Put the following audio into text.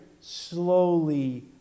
slowly